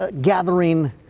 gathering